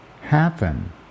happen